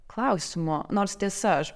klausimo nors tiesa aš